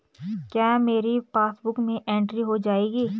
क्या मेरी पासबुक में एंट्री हो जाएगी?